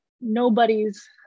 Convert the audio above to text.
nobody's